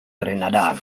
grenada